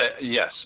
Yes